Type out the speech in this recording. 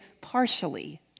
partially